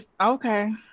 Okay